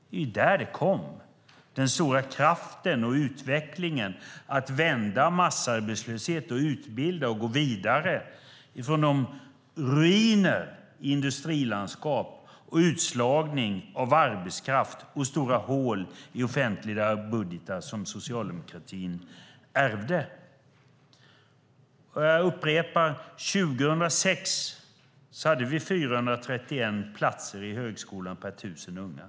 Det är där den kom - den stora kraften och utvecklingen att vända massarbetslöshet, utbilda och gå vidare ifrån de ruiner av industrilandskap, utslagning av arbetskraft och stora hål i offentliga budgetar som socialdemokratin ärvde. Jag upprepar: 2006 hade vi 431 platser i högskolan per 1 000 unga.